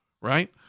right